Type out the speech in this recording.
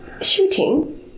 Shooting